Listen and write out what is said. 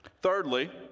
Thirdly